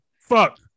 Fuck